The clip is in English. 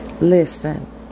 Listen